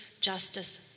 justice